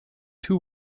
two